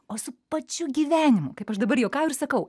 o su pačiu gyvenimu kaip aš dabar juokauju ir sakau